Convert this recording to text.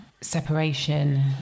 separation